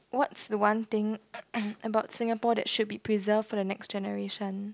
what's the one thing about Singapore that should be preserved for the next generation